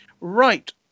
Right